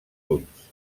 ulls